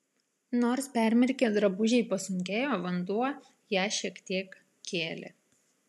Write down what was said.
nors permirkę drabužiai pasunkėjo vanduo ją šiek tiek kėlė